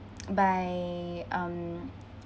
by um